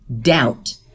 doubt